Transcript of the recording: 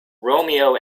romeo